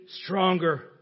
stronger